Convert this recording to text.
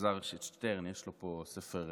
לאלעזר שטרן, יש לו פה ספר תורה.